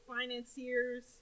financiers